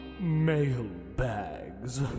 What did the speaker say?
mailbags